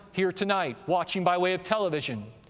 here tonight watching by way of television,